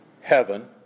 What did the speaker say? heaven